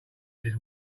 this